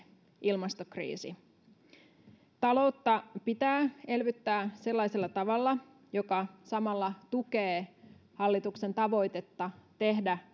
ilmastokriisi taloutta pitää elvyttää sellaisella tavalla joka samalla tukee hallituksen tavoitetta tehdä